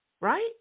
Right